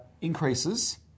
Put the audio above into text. increases